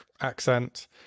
accent